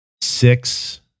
six